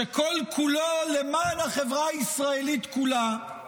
שכל-כולו למען החברה הישראלית כולה,